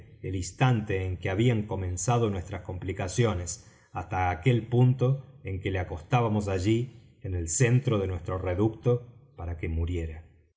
el instante en que habían comenzado nuestras complicaciones hasta aquel punto en que le acostábamos allí en el centro de nuestro reducto para que muriera